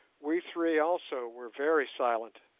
we three also were very silent,